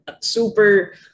super